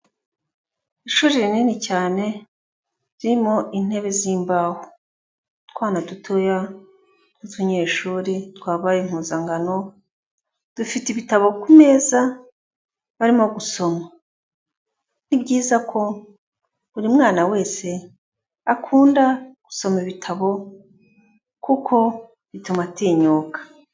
Ishuri rinini cyane ririmo intebe z'imbaho, utwana dutoya tw'utunyeshuri twabaye impuzangano, dufite ibitabo ku meza barimo gusoma, ni byiza ko buri mwana wese akunda gusoma ibitabo kuko bituma atinyuka.